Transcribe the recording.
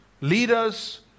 leaders